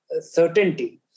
certainty